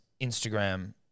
Instagram